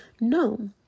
No